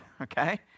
okay